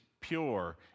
pure